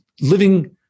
living